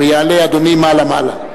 יעלה אדוני מעלה מעלה.